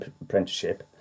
apprenticeship